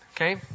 okay